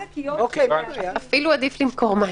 אפילו הוחרג --- אפילו עדיף למכור מים,